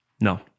No